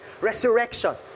resurrection